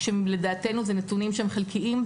כשלדעתנו אלה נתונים חלקיים,